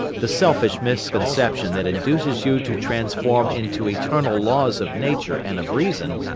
the selfish misconception that induces you to transform into eternal laws of nature and of reason,